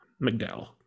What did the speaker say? mcdowell